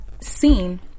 seen